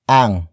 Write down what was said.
ang